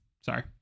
Sorry